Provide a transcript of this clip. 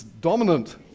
dominant